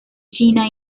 china